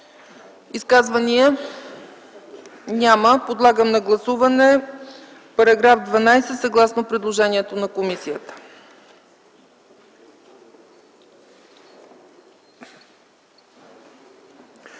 Изказвания? Няма. Подлагам на гласуване § 2 съгласно предложението на комисията.